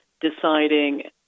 deciding